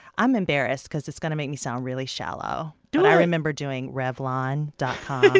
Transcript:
i'm embarrassed because it's going to make me sound really shallow do it i remember doing revlon dot com.